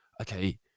okay